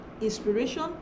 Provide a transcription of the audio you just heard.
inspiration